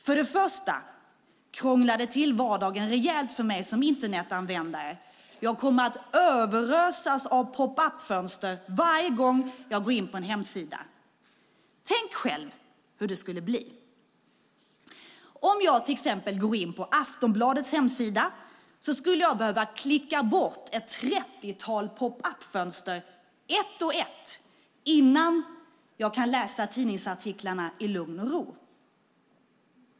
För det första krånglar det till vardagen rejält för mig som Internetanvändare. Jag kommer att överösas av popup-fönster varje gång jag går in på en hemsida. Tänk själv hur det skulle bli! Om jag till exempel går in på Aftonbladets hemsida skulle jag behöva klicka bort ett trettiotal popup-fönster ett och ett innan jag kunde läsa tidningsartiklarna i lugn och ro.